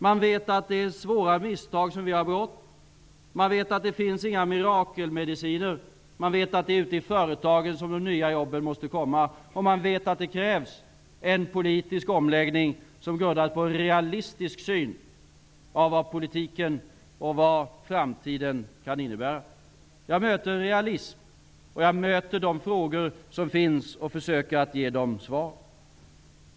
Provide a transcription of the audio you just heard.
Man vet att det har begåtts svåra misstag. Man vet att det inte finns några mirakelmediciner. Man vet att det är i företagen som de nya jobben måste komma, och man vet att det krävs en politisk omläggning som är grundad på en realistisk syn på vad politiken och framtiden kan innebära. Jag möter realism, och jag möter de frågor som finns och försöker att ge ett svar.